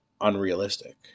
unrealistic